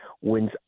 wins